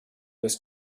was